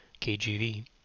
KGV